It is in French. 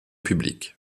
public